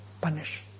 punish